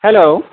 hello